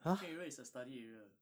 kitchen area is a study area